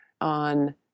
on